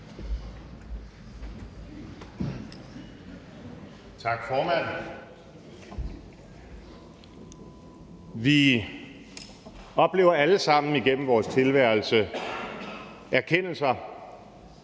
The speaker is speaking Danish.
Tak, formand. Vi oplever alle sammen igennem vores tilværelser erkendelser,